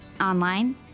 online